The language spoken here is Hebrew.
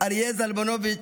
אריה זלמנוביץ',